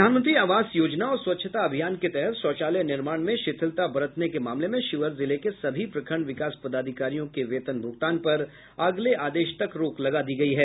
प्रधानमंत्री आवास योजना और स्वच्छता अभियान के तहत शौचालय निर्माण में शिथिलता बरतने के मामले में शिवहर जिले के सभी प्रखंड विकास पदाधिकारियों के वेतन भुगतान पर अगले आदेश तक रोक लगा दी गयी है